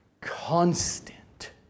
constant